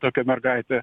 tokia mergaitė